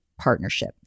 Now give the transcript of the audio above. partnership